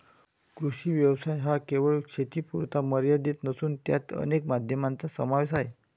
कृषी व्यवसाय हा केवळ शेतीपुरता मर्यादित नसून त्यात अनेक माध्यमांचा समावेश आहे